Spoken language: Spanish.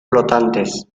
flotantes